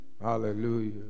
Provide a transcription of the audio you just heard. Hallelujah